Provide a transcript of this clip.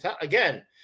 again